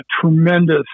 tremendous